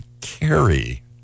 carry